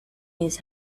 his